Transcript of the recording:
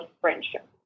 friendship